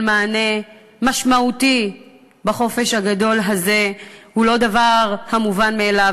מענה משמעותי בחופש הגדול הזה היא לא דבר המובן מאליו.